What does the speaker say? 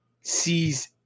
sees